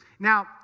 Now